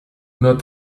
not